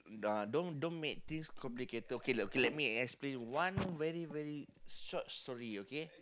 uh don't don't make things complicated okay okay let me explain one very very short story okay